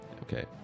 Okay